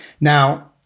Now